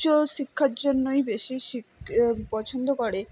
উচ্চ শিক্ষার জন্যই বেশি শিক পছন্দ করে